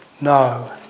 No